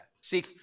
See